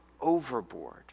overboard